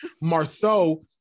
Marceau